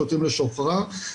שותים לשוכרה.